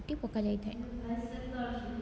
ଚୁଟି ପକାଯାଇଥାଏ